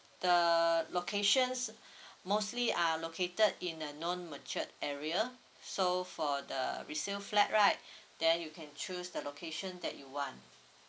the locations mostly are located in a known matured area so for the resale flat right there you can choose the location that you want